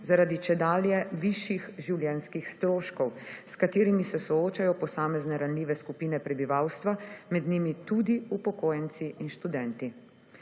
zaradi čedalje višjih življenjskih stroškov, s katerimi se soočajo posamezne ranljive skupine prebivalstva, med njimi tudi upokojenci in študenti.